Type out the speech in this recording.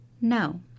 No